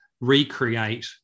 recreate